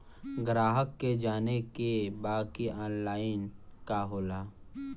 ग्राहक के जाने के बा की ऑनलाइन का होला?